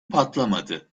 patlamadı